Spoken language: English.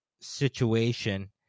situation